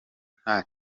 nta